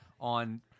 on